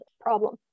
problem